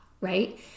right